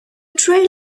trail